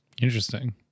interesting